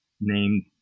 named